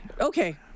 okay